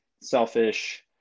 selfish